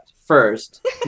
first